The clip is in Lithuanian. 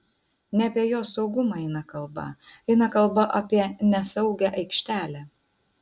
ne apie jos saugumą eina kalba eina kalba apie nesaugią aikštelę